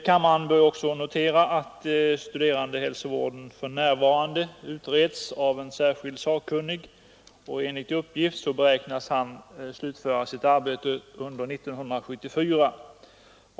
Kammaren bör också notera att studerandehälsovården för närvarande utreds av en särskild sakkunnig, och enligt uppgift beräknas han slutföra sitt arbete under 1974.